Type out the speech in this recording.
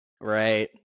Right